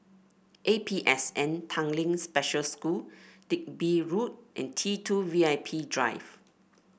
A P S N Tanglin Special School Digby Road and T two V I P Drive